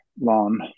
lawn